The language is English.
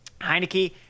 Heineke